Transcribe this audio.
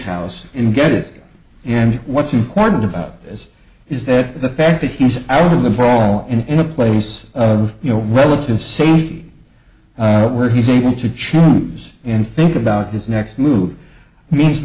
house in get it and what's important about as is that the fact that he's out of the ball and in a place of you know relative safety where he's able to choose and think about his next move means